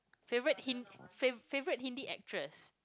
favorite Hin~ fav~ favorite Hindi actress